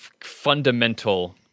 fundamental